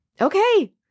Okay